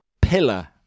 pillar